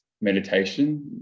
meditation